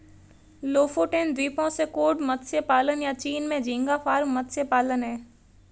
Lofoten द्वीपों से cod मत्स्य पालन, या चीन में झींगा फार्म मत्स्य पालन हैं